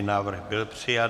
Návrh byl přijat.